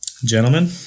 Gentlemen